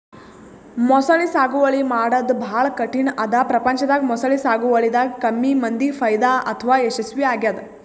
ಮೊಸಳಿ ಸಾಗುವಳಿ ಮಾಡದ್ದ್ ಭಾಳ್ ಕಠಿಣ್ ಅದಾ ಪ್ರಪಂಚದಾಗ ಮೊಸಳಿ ಸಾಗುವಳಿದಾಗ ಕಮ್ಮಿ ಮಂದಿಗ್ ಫೈದಾ ಅಥವಾ ಯಶಸ್ವಿ ಆಗ್ಯದ್